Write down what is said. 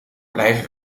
blijven